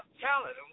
talent